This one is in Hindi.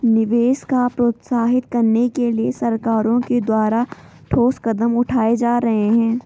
निवेश को प्रोत्साहित करने के लिए सरकारों के द्वारा ठोस कदम उठाए जा रहे हैं